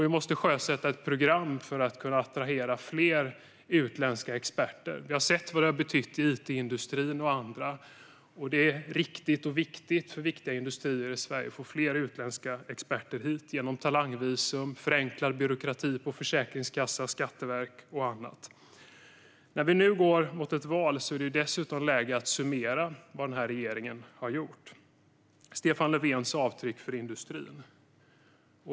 Vi måste också sjösätta ett program för att attrahera fler utländska experter. Vi har sett vad det har betytt för it-industrin, och det är viktigt för viktiga industrier i Sverige att få hit fler utländska experter genom talangvisum, förenklad byråkrati hos Försäkringskassan och Skatteverket och annat. När vi nu går mot ett val är det dessutom läge att summera vad den här regeringen har gjort och Stefan Löfvens avtryck på industrin.